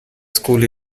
school